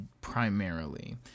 primarily